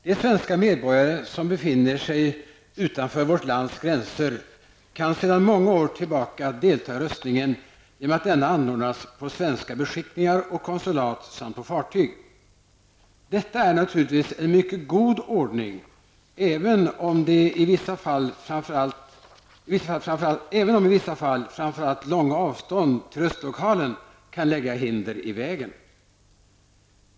De svenska medborgare som befinner sig utanför vårt lands gränser kan sedan många år tillbaka delta i röstningen genom att denna anordnas på svenska beskickningar och konsulat samt på fartyg. Detta är naturligtvis en mycket god ordning, även om i vissa fall framför allt långa avstånd till röstlokalen kan lägga hinder i vägen.